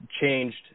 changed